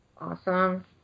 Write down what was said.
Awesome